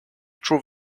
true